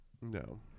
no